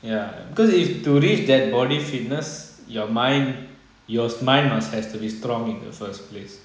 ya because if to reach that body fitness your mind your mind must has to be strong in the first place